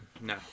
No